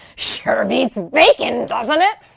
sure beats bacon, doesn't it?